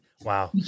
Wow